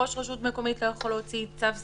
ראש רשות מקומית לא יכול להוציא צו סגירה,